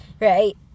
Right